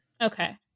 okay